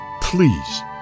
Please